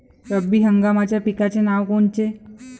रब्बी हंगामाच्या पिकाचे नावं कोनचे?